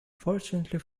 fortunately